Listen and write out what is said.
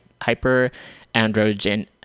hyperandrogen